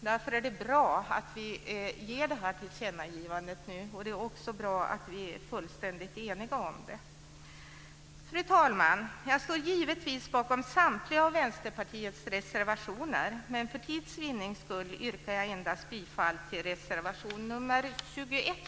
Därför är det bra att vi gör det här tillkännagivandet till regeringen nu. Det är också bra att vi är fullständigt eniga om det. Fru talman! Jag står givetvis bakom samtliga av Vänsterpartiets reservationer. För tids vinnande yrkar jag bifall endast till reservation nr 21.